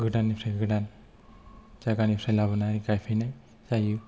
गोदाननिफ्राय गोदान जायगानिफ्राय लाबोनानै गायफैनाय जायो